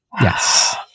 yes